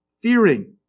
fearing